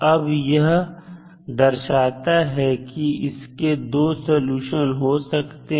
अब यह यह दर्शाता है कि इसके दो सलूशन हो सकते हैं